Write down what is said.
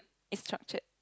it's structured